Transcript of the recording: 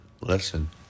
listen